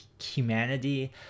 Humanity